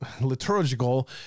liturgical